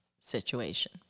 situation